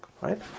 right